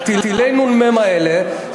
הסימון של המוצרים?